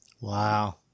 Wow